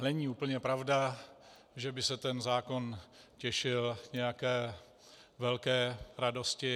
Není úplně pravda, že by se zákon těšil nějaké velké radosti.